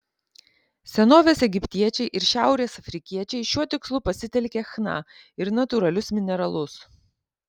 senovės egiptiečiai ir šiaurės afrikiečiai šiuo tikslu pasitelkė chna ir natūralius mineralus